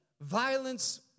violence